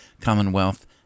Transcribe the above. Commonwealth